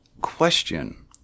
question